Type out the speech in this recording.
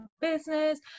business